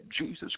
Jesus